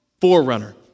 Forerunner